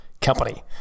company